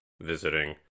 visiting